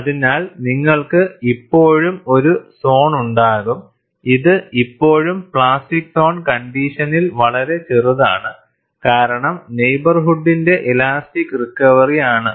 അതിനാൽ നിങ്ങൾക്ക് ഇപ്പോഴും ഒരു സോൺ ഉണ്ടാകും ഇത് ഇപ്പോഴും പ്ലാസ്റ്റിക് സോൺ കണ്ടീഷനിൽ വളരെ ചെറുതാണ് കാരണം നെയ്ബർഹുഡിന്റെ ഇലാസ്റ്റിക് റിക്കവറി ആണ്